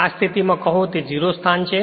તેથી આ સ્થિતિમાં કહો તે 0 સ્થાન છે